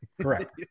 Correct